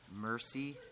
mercy